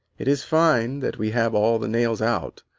it is fine that we have all the nails out,